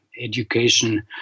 education